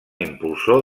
impulsor